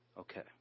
Okay